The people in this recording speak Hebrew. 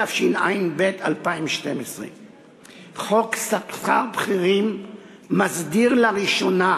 התשע"ב 2012. חוק שכר בכירים מסדיר לראשונה